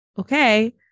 okay